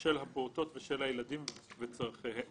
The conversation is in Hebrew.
של הפעוטות ושל הילדים וצורכיהם,